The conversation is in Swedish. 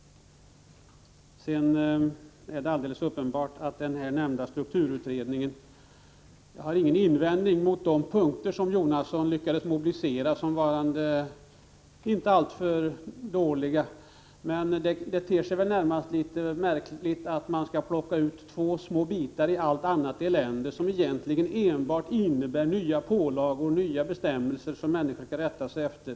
Vad sedan gäller den här nämnda strukturutredningen har jag ingen invändning när det gäller de punkter som Bertil Jonasson lyckades mobilisera såsom varande inte alltför dåliga. Men det ter sig närmast märkligt att man skall plocka ut två små bitar ur allt annat elände, som egentligen enbart kommer att innebära nya pålagor och nya bestämmelser som människor skall rätta sig efter.